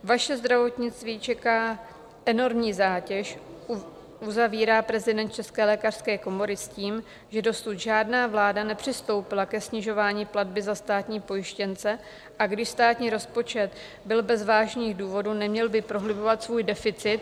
Vaše zdravotnictví čeká enormní zátěž, uzavírá prezident České lékařské komory s tím, že dosud žádná vláda nepřistoupila ke snižování platby za státní pojištěnce, a když státní rozpočet byl bez vážných důvodů, neměl by prohlubovat svůj deficit.